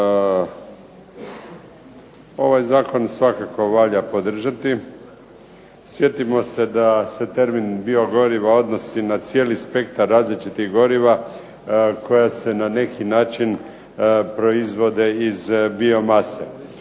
Ovaj zakon svakako valja podržati. Sjetimo se da se termin biogorivo odnosi na cijeli spektar različitih goriva koja se na neki način proizvode iz biomase.